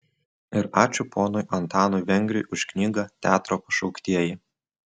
ir ačiū ponui antanui vengriui už knygą teatro pašauktieji